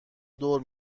دور